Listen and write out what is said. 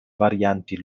varianti